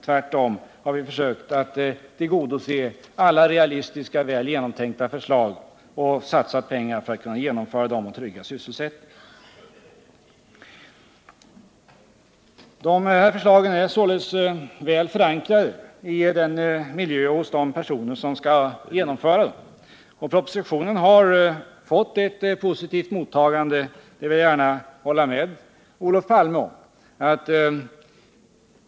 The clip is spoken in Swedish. Tvärtom har vi försökt tillgodose alla realistiska, väl genomtänkta förslag; vi har satsat pengar för att kunna genomföra dem och trygga sysselsättningen. Dessa förslag är således väl förankrade i den miljö det gäller och hos de personer som skall genomföra dem. Propositionen har fått ett positivt mottagande — det vill jag gärna hålla med Olof Palme om.